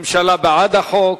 הממשלה בעד החוק.